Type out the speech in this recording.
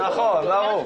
מזלזלים.